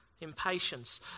Impatience